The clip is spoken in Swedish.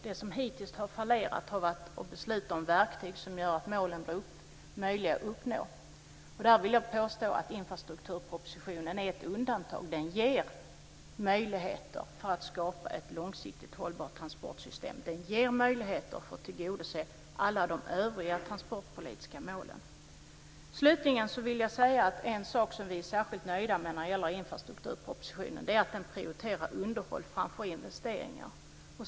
Det som hittills har fallerat har varit att besluta om verktyg som gör att målen blir möjliga att uppnå. Där vill jag påstå att infrastrukturpropositionen är ett undantag. Den ger möjligheter att skapa ett långsiktigt hållbart transportsystem. Den ger möjligheter att tillgodose alla de övriga transportpolitiska målen. Slutligen vill jag säga att en sak som vi är särskilt nöjda med i infrastrukturpropositionen är att den prioriterar underhåll framför investeringar.